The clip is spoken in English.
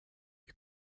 you